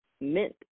Mint